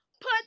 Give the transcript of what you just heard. put